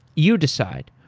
you decide.